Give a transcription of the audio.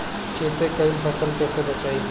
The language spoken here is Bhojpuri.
खेती कईल फसल कैसे बचाई?